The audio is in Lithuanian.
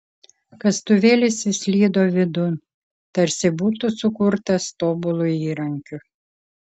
kastuvėlis įslydo vidun tarsi būtų sukurtas tobulu įrankiu